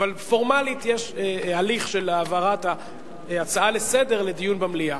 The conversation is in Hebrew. אבל פורמלית יש הליך של העברת ההצעה לסדר-היום לדיון במליאה.